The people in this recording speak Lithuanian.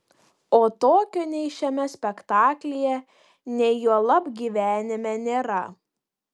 o tokio nei šiame spektaklyje nei juolab gyvenime nėra